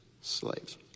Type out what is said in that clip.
slaves